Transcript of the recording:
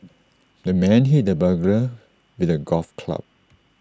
the man hit the burglar with A golf club